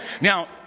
Now